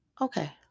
okay